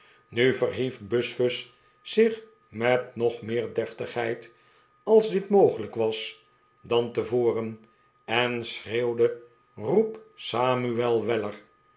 nu verhief buzfuz zich met nog meer deftigheid als dit mogelijk was dan tevoren en schreeuwde roep samuel wellerl